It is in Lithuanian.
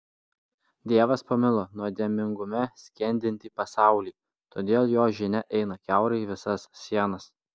dievas pamilo nuodėmingume skendintį pasaulį todėl jo žinia eina kiaurai visas sienas